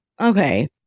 Okay